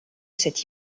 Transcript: cet